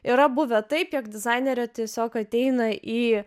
yra buvę taip jog dizainerė tiesiog ateina į